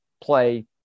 play